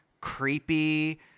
creepy